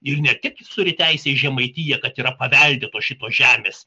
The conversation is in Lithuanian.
ir ne tik jis turi teisę į žemaitija kad yra paveldėtos šitos žemės